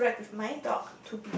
uh interact with my dog